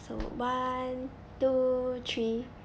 so one two three